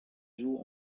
joue